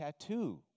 tattoo